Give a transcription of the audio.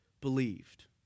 believed